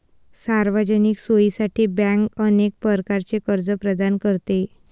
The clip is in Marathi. सार्वजनिक सोयीसाठी बँक अनेक प्रकारचे कर्ज प्रदान करते